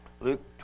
Luke